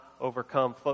overcome